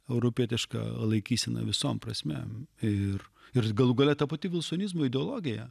europietiška laikysena visom prasmėm ir ir galų gale ta pati vilsonizmo ideologija